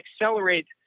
accelerate